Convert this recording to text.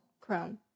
Chrome